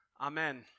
Amen